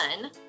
done